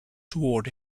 toward